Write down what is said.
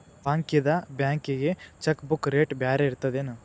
ಬಾಂಕ್ಯಿಂದ ಬ್ಯಾಂಕಿಗಿ cheque book rate ಬ್ಯಾರೆ ಇರ್ತದೇನ್